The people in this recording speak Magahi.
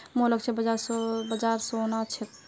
मोर लक्ष्य बाजार सोना छोक